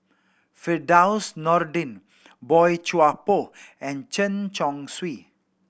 Firdaus Nordin Boey Chuan Poh and Chen Chong Swee